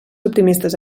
optimistes